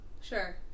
Sure